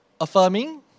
affirming